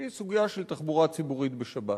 והיא הסוגיה של תחבורה ציבורית בשבת.